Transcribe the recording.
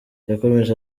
yakomeje